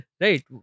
Right